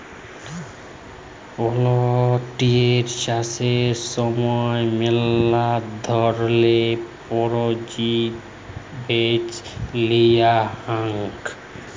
poultry চাষের সময় ম্যালা ধরলের পরজাতি বাছে লিঁয়া হ্যয়